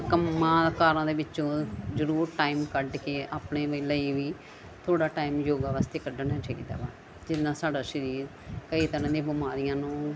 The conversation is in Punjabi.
ਕੰਮਾਂ ਕਾਰਾਂ ਦੇ ਵਿੱਚੋਂ ਜ਼ਰੂਰ ਟਾਈਮ ਕੱਢ ਕੇ ਆਪਣੇ ਲਈ ਵੀ ਥੋੜ੍ਹਾ ਟਾਈਮ ਯੋਗਾ ਵਾਸਤੇ ਕੱਢਣਾ ਚਾਹੀਦਾ ਜਿੰਨਾਂ ਸਾਡਾ ਸਰੀਰ ਕਈ ਤਰ੍ਹਾਂ ਦੀਆਂ ਬਿਮਾਰੀਆਂ ਨੂੰ